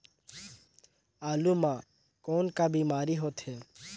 आलू म कौन का बीमारी होथे?